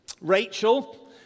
Rachel